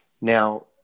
Now